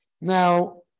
now